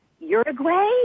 Uruguay